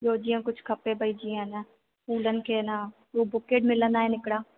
ॿियो जीअं कुझु खपे भाई जीअं अञा फुलन खे न हूअ बुके मिलंदा आहिनि हिकिड़ा